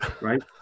right